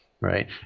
Right